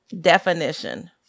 definition